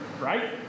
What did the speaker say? Right